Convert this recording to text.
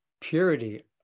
purity